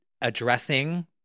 addressing